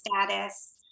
status